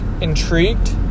intrigued